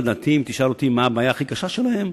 אם תשאל אותי מה הבעיה הכי קשה שלהם,